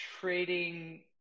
trading